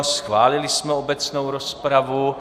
Schválili jsme obecnou rozpravu.